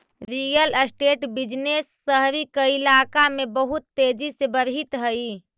real estate business शहरी कइलाका में बहुत तेजी से बढ़ित हई